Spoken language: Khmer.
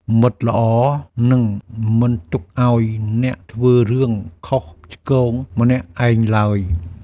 មិត្តល្អនឹងមិនទុកឱ្យអ្នកធ្វើរឿងខុសឆ្គងម្នាក់ឯងឡើយ។